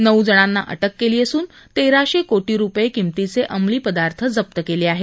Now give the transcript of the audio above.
नऊ जणांना अटक केली असून तेराशे कोटी रूपये किमतीचे अंमली पदार्थ जप्त केले आहेत